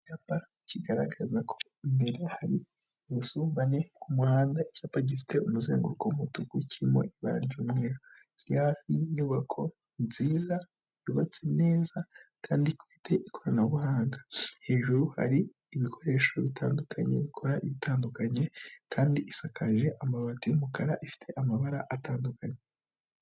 Icyapa kigaragaza ko imbere hari ubusumbane ku muhanda icyapa gifite umuzenguruko w'umutuku kirimo ibara ry'umweruri, kiri hafi y'inyubako nziza, yubatse neza kandi ifite ikoranabuhanga, hejuru hari ibikoresho bitandukanye bikora bitandukanye kandi isakaje amabati y'umukara, ifite amabara atandukanye.